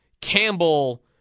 Campbell